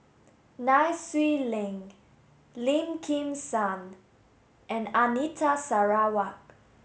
Nai Swee Leng Lim Kim San and Anita Sarawak